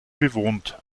bewohnt